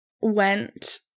went –